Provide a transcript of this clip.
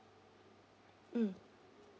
mm